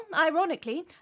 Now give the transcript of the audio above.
ironically